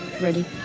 Ready